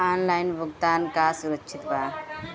Online भुगतान का सुरक्षित बा?